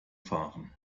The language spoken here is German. fahren